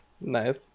Nice